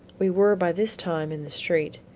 we were by this time in the street.